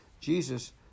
Jesus